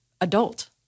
adult